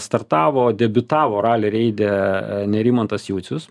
startavo debiutavo rali reide nerimantas jucius